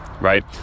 right